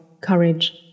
courage